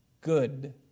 good